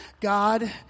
God